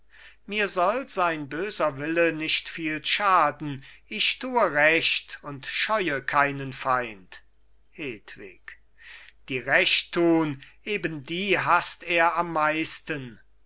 mir soll sein böser wille nicht viel schaden ich tue recht und scheue keinen feind hedwig die recht tun eben die hasst er am meisten